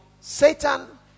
Satan